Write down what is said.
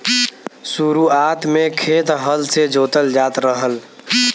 शुरुआत में खेत हल से जोतल जात रहल